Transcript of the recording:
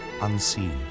unseen